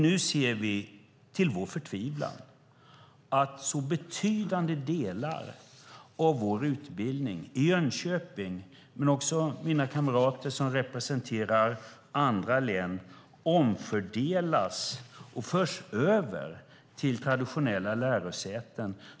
Nu ser vi till vår förtvivlan att betydande delar av vår utbildning i Jönköping, men också det som mina kamrater representerar i andra län, omfördelas och förs över till traditionella lärosäten.